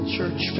church